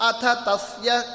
Atatasya